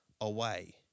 away